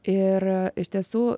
ir iš tiesų